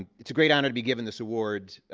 it's a great honor to be given this award,